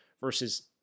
versus